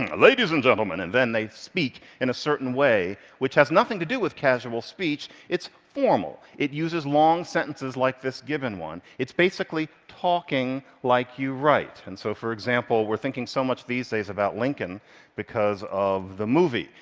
ah ladies and gentlemen, and then they speak in a certain way which has nothing to do with casual speech. it's formal. it uses long sentences like this gibbon one. it's basically talking like you write, and so, for example, we're thinking so much these days about lincoln because of the movie.